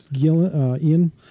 Ian